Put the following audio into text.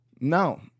no